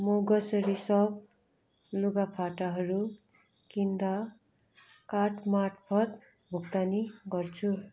म grocery shop लुगा फाटाहरू किन्दा कार्ड मार्फत भुक्तानी गर्छु